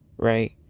Right